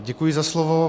Děkuji za slovo.